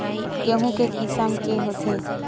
गेहूं के किसम के होथे?